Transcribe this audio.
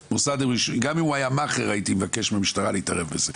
גם אם הוא היה מאכער הייתי מבקש מהמשטרה להתערב בזה